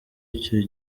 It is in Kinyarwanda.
icyo